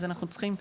אז אנחנו צריכים,